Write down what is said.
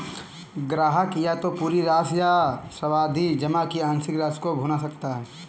ग्राहक या तो पूरी राशि या सावधि जमा की आंशिक राशि को भुना सकता है